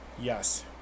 Yes